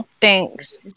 Thanks